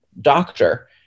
doctor